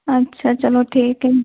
अच्छा चलो ठीक है